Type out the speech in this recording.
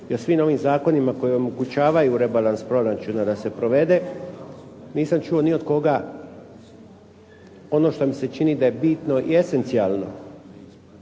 svim ovim zakonima koji omogućavaju rebalans proračuna da se provede nisam čuo ni od koga ono što mi se čini da je bitno i esencijalno.